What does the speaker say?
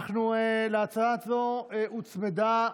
להצעה הזו הוצמדה,